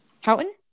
Houghton